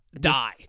die